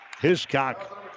Hiscock